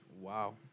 Wow